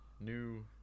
new